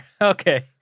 Okay